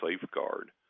safeguard